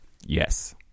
yes